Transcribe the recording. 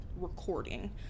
recording